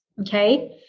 okay